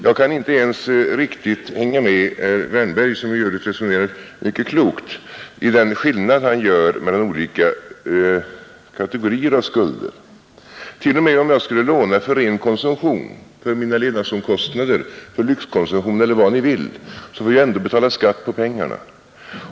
Jag kan inte ens riktigt hänga med herr Wärnberg, som i övrigt resonerar mycket klokt, i den skillnad han gör mellan olika kategorier av skulder. T. o. m. om jag skulle låna för ren konsumtion, för mina levnadsomkostnader, för lyxkonsumtion eller vad ni vill, får jag ändå betala skatt på pengarna.